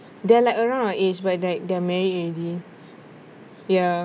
they're like around my age but like they are married already ya